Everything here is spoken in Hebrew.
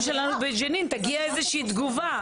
שלנו בג'נין תגיע איזה שהיא תגובה.